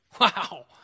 Wow